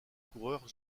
coureur